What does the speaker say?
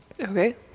Okay